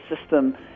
system